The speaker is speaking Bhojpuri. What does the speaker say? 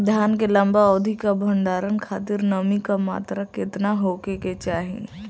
धान के लंबा अवधि क भंडारण खातिर नमी क मात्रा केतना होके के चाही?